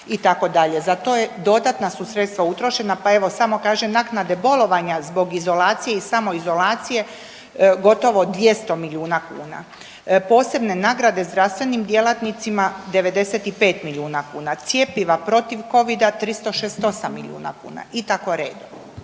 Za to dodatna su sredstva utrošena. Pa evo samo kažem, naknade bolovanja zbog izolacije i samoizolacije gotovo 200 milijuna kuna. Posebne nagrade zdravstvenim djelatnicima 95 milijuna kuna. Cjepiva protiv Covid-a 368 milijuna kuna i tako redom.